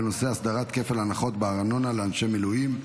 בנושא: הסדרת כפל הנחות בארנונה לאנשי מילואים.